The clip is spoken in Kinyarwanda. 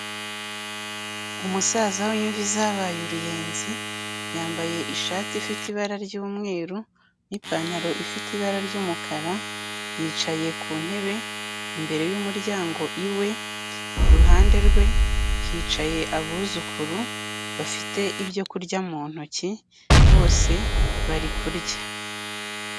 Umusaza w' imvi zabaye uruyenzi, yambaye ishati ifite ibara ry'umweru n'ipantaro ifite ibara ry'umukara, yicaye ku ntebe, imbere y' umuryango iwe, iruhande rwe hicaye abuzukuru bafite ibyo kurya mu ntoki, bose bari kurya.